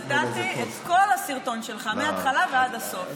נתתי את כל הסרטון שלך מההתחלה ועד הסוף.